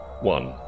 One